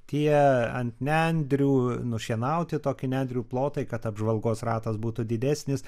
tie ant nendrių nušienauti tokį nendrių plotą kad apžvalgos ratas būtų didesnis